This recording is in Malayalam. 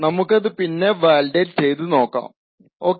നമുക്കത് പിന്നെ വാലിഡേറ്റ് ചെയ്യാം ഓകെ